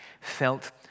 felt